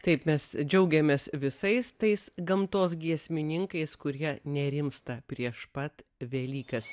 taip mes džiaugiamės visais tais gamtos giesmininkais kurie nerimsta prieš pat velykas